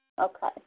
Okay